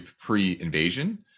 pre-invasion